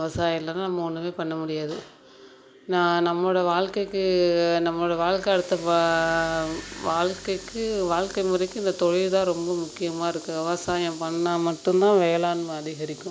விவசாயம் இல்லைன்னா நம்ம ஒன்றுமே பண்ண முடியாது நான் நம்மளோடு வாழ்க்கைக்கு நம்மளோடு வாழ்க்கை அடுத்த வா வாழ்க்கைக்கு வாழ்க்கை முறைக்கு இந்த தொழில் தான் ரொம்ப முக்கியமாக இருக்குது விவசாயம் பண்ணிணா மட்டும்தான் வேளாண்மை அதிகரிக்கும்